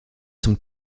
zum